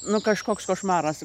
nu kažkoks košmaras